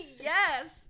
Yes